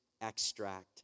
extract